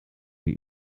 die